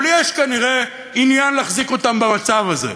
אבל יש כנראה עניין להחזיק אותן במצב הזה,